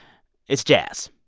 it's jazz.